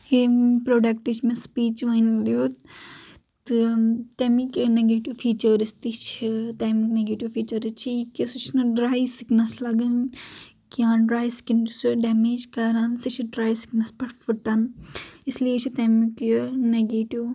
ییٚمہِ پروڈکٹٕچ مےٚ سپیچ وۄنۍ دِیُت تہٕ تمیِکۍ نیگیٹو فیچٲرٕس تہِ چھِ تمیِکۍ نیگیٹو فیچٲرٕس چھِ یہِ کہِ سُہ چھُ نہٕ ڈرے سکنس لگان کینٛہہ ڈرے سِکِن چھُ سُہ ڈمیج کران سہُ چھُ ڈرے سِکنس پٮ۪ٹھ پھٕٹن اس لیے چھُ تمیُک یہِ نیگیٹو